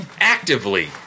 actively